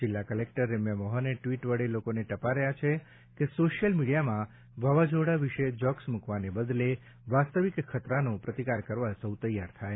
જિલ્લા કલેક્ટર રેમ્યા મોહને ટ્વીટ વડે લોકોને ટપાર્યા છે કે સોશિયલ મીડિયામાં વાવાઝોડા વિશે જોક્સ મુકવાને બદલે વાસ્તવિક ખતરાંનો પ્રતિકાર કરવા સૌ તૈયાર થાય